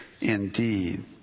indeed